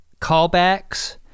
callbacks